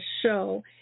show